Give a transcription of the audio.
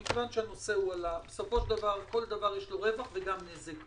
מכיוון שהנושא עלה בסופו של דבר לכל דבר יש רווח וגם נזק.